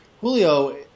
Julio